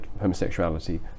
homosexuality